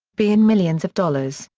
b in millions of dollars.